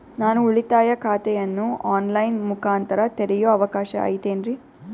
ನಾನು ಉಳಿತಾಯ ಖಾತೆಯನ್ನು ಆನ್ ಲೈನ್ ಮುಖಾಂತರ ತೆರಿಯೋ ಅವಕಾಶ ಐತೇನ್ರಿ?